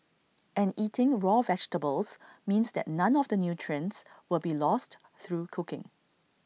and eating raw vegetables means that none of the nutrients will be lost through cooking